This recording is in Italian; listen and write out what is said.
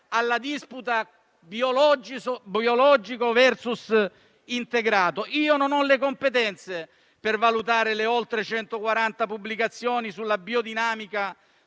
alla disputa biologico *versus* integrato. Io non ho le competenze per valutare le oltre 140 pubblicazioni sulla biodinamica